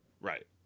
Right